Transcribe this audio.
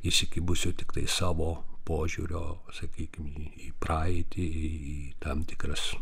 įsikibusio tiktai savo požiūrio sakykim į praeitį į tam tikras